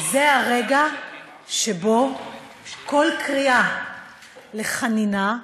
זה הרגע שבו כל קריאה לחנינה,